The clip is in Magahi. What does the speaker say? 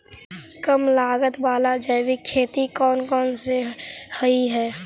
कम लागत वाला जैविक खेती कौन कौन से हईय्य?